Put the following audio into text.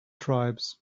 tribes